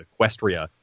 equestria